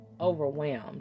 overwhelmed